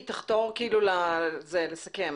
תחתור לסיכום.